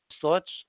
thoughts